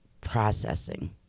processing